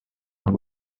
même